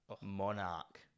Monarch